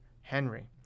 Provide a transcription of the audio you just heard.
Henry